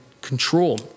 control